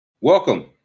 Welcome